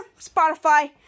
Spotify